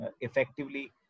effectively